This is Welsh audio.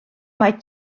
mae